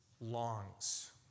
longs